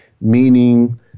meaning